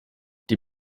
die